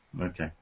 Okay